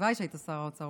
הלוואי שהיית שר האוצר,